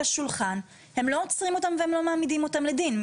השולחן הם לא עוצרים אותם והם לא מעמידים אותם לדין.